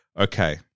okay